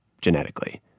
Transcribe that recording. genetically